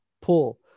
pull